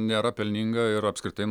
nėra pelninga ir apskritai